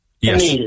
Yes